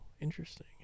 interesting